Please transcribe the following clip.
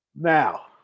Now